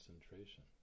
concentration